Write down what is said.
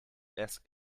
ask